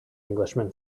englishman